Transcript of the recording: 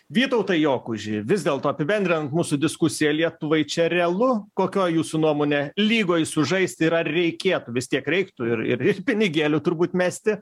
vytautai jokuži vis dėlto apibendrinant mūsų diskusiją lietuvai čia realu kokioj jūsų nuomone lygoj sužaisti ir ar reikėtų vis tiek reiktų ir ir pinigėlių turbūt mesti